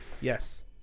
Yes